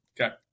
Okay